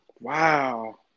Wow